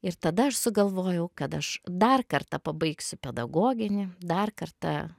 ir tada aš sugalvojau kad aš dar kartą pabaigsiu pedagoginį dar kartą